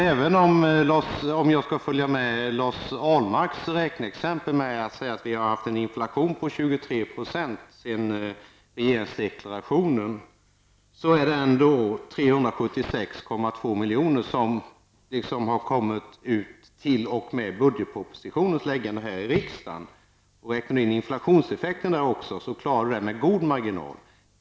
Även om jag skall följa med i Lars Ahlmarks räkneexempel och säga att vi har haft en inflation på 23 % sedan regeringsdeklarationen, har ändå 376,2 miljoner kommit ut t.o.m. den tidpunkt när budgetpropositionen lades här i riksdagen. Om vi räknar in inflationseffekten där också klarar vi det med god marginal.